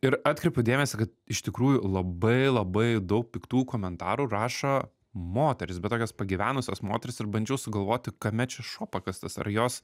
ir atkreipiu dėmesį kad iš tikrųjų labai labai daug piktų komentarų rašo moterys bet tokias pagyvenusios moterys ir bandžiau sugalvoti kame čia šuo pakastas ar jos